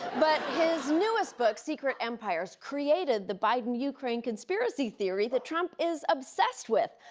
but his newest book, secret empires created the biden ukraine conspiracy theory that trump is obsessed with.